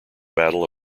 battle